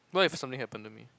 what if something happen to me